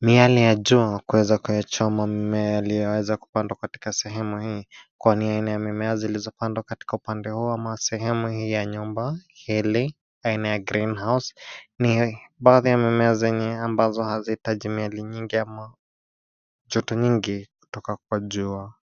miale ya jua kuweza kuyachoma mimea yaliyoweza kupandwa katika sehemu hii, kwani aina ya mimea zilizopandwa katika upande huu ama sehemu hii ya nyumba, hili, aina ya greenhouse , ni, baadhi ya mimea zenye ambazo hazihitaji miale nyingi ama, joto nyingi, kutoka kwa jua.